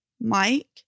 Mike